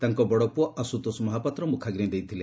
ତାଙ୍କ ବଡପୁଅ ଆଶ୍ବତୋଷ ମହାପାତ୍ର ମୁଖାଗି ଦେଇଥିଲେ